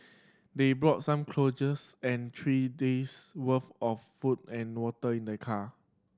they brought some and three days' worth of food and water in their car